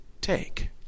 take